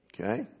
Okay